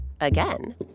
Again